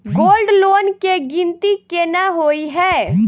Gold loan केँ गिनती केना होइ हय?